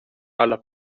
alla